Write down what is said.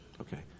okay